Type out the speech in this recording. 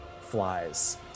flies